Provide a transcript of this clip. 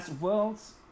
world's